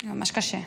זה ממש קשה.